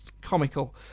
comical